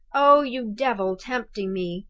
oh, you devil tempting me,